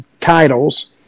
titles